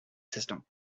system